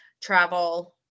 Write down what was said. travel